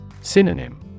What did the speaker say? Synonym